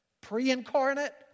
Pre-incarnate